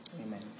Amen